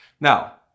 Now